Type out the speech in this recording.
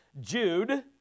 Jude